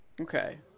Okay